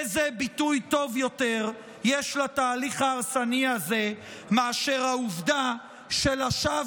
איזה ביטוי טוב יותר יש לתהליך ההרסני הזה מאשר העובדה שלשווא